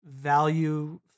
value